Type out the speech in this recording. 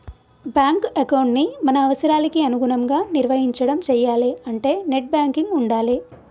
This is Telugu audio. బ్యాంకు ఎకౌంటుని మన అవసరాలకి అనుగుణంగా నిర్వహించడం చెయ్యాలే అంటే నెట్ బ్యాంకింగ్ ఉండాలే